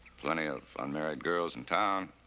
plenty of unmarried girls in town.